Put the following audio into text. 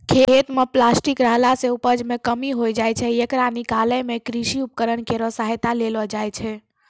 खेत म प्लास्टिक रहला सें उपज मे कमी होय जाय छै, येकरा निकालै मे कृषि उपकरण केरो सहायता लेलो जाय छै